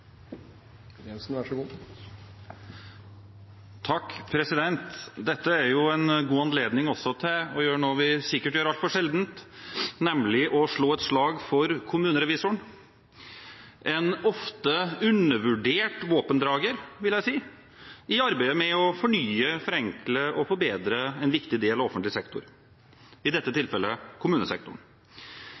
en god anledning til å gjøre noe vi sikkert gjør altfor sjelden, nemlig å slå et slag for kommunerevisoren, en ofte undervurdert våpendrager – vil jeg si – i arbeidet med å fornye, forenkle og forbedre en viktig del av offentlig sektor, i dette tilfellet kommunesektoren.